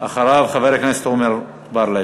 אחריו, חבר הכנסת עמר בר-לב.